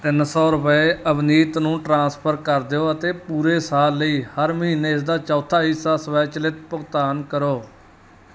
ਤਿੰਨ ਸੌ ਰੁਪਏ ਅਵਨੀਤ ਨੂੰ ਟ੍ਰਾਂਸਫਰ ਕਰ ਦਿਓ ਅਤੇ ਪੂਰੇ ਸਾਲ ਲਈ ਹਰ ਮਹੀਨੇ ਇਸਦਾ ਚੌਥਾ ਹਿੱਸਾ ਸਵੈਚਲਿਤ ਭੁਗਤਾਨ ਕਰੋ